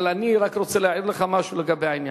אבל אני רק רוצה להעיר לך משהו לגבי העניין.